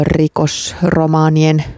rikosromaanien